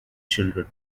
children